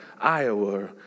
Iowa